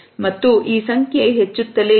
ಮತ್ತು ಈ ಸಂಖ್ಯೆ ಹೆಚ್ಚಾಗುತ್ತಲೇ ಇದೆ